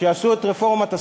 כשעשו את רפורמת הסלולר,